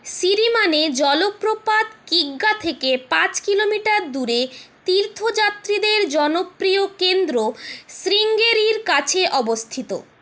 সিরিমানে জলপ্রপাত কিগ্গা থেকে পাঁচ কিলোমিটার দূরে তীর্থযাত্রীদের জনপ্রিয় কেন্দ্র শ্রীঙ্গেরির কাছে অবস্থিত